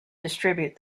distribute